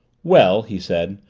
well, he said,